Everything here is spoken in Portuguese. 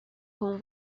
com